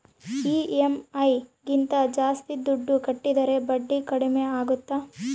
EMI ಗಿಂತ ಜಾಸ್ತಿ ದುಡ್ಡು ಕಟ್ಟಿದರೆ ಬಡ್ಡಿ ಕಡಿಮೆ ಆಗುತ್ತಾ?